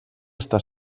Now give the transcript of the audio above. estar